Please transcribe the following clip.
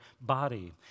body